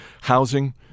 Housing